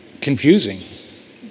confusing